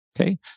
okay